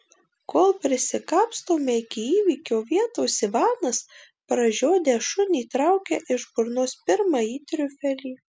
kol prisikapstome iki įvykio vietos ivanas pražiodęs šunį traukia iš burnos pirmąjį triufelį